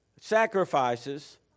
sacrifices